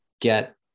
get